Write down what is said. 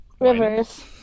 Rivers